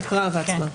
הקראה והצבעה.